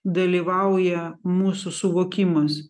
dalyvauja mūsų suvokimas